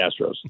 Astros